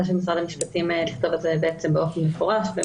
של משרד המשפטים לכתוב את זה באופן מפורש.